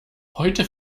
heute